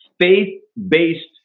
faith-based